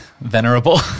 venerable